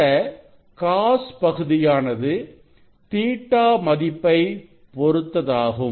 இந்த cos பகுதியானது Ɵ மதிப்பை பொருத்ததாகும்